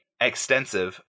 extensive